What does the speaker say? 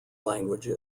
language